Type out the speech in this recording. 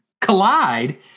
collide